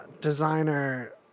designer